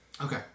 Okay